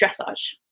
dressage